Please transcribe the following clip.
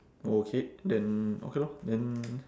okay then okay lor then